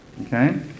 okay